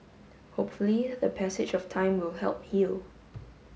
hopefully the passage of time will help heal